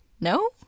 No